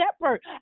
shepherd